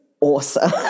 awesome